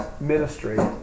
ministry